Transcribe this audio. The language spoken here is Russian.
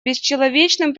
бесчеловечным